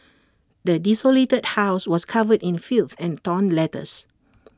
the desolated house was covered in filth and torn letters